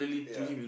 ya